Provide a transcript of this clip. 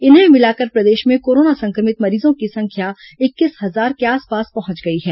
इन्हें मिलाकर प्रदेश में कोरोना संक्रमित मरीजों की संख्या इक्कीस हजार के आसपास पहुंच गई है